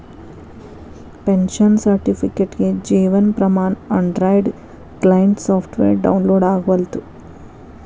pension ಸರ್ಟಿಫಿಕೇಟ್ಗೆ Jeevan Pramaan Android client software download ಆಗವಲ್ತು